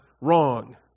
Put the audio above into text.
wrong